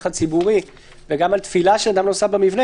הציבורי וגם על תפילה של אדם נוסף במבנה,